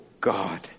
God